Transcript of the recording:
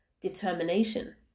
determination